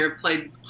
played